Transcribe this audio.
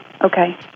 Okay